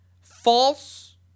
false